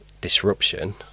disruption